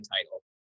title